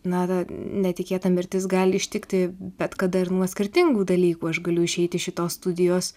na netikėta mirtis gali ištikti bet kada ir nuo skirtingų dalykų aš galiu išeiti iš šitos studijos